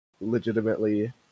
legitimately